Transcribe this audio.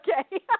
okay